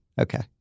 Okay